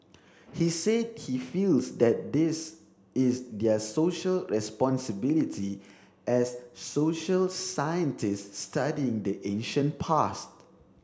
he said he feels that this is their social responsibility as social scientists studying the ancient past